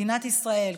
מדינת ישראל,